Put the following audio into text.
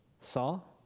Saul